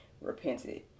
repented